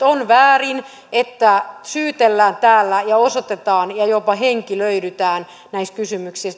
on väärin että syytellään täällä ja osoitetaan ja jopa henkilöidytään näissä kysymyksissä